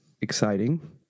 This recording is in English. exciting